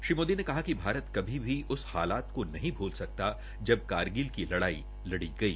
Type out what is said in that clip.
श्री मोदी ने कहा कि भारत कभी भी उस हालात को नहीं भूल सकता जब कारगिल की लड़ाई लड़ी गई